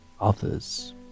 Others